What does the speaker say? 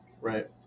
Right